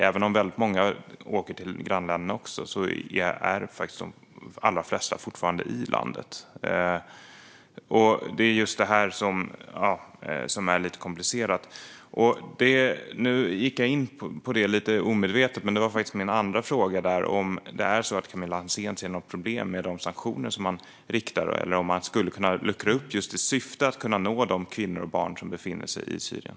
Även om väldigt många också åker till grannländerna är de allra flesta faktiskt fortfarande i landet. Det är just det här som är komplicerat. Nu råkade jag omedvetet gå in lite på det som var min andra fråga. Ser Camilla Hansén något problem med de sanktioner som riktas dit? Eller skulle man kunna luckra upp dem i syfte att kunna nå de kvinnor och barn som befinner sig i Syrien?